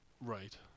right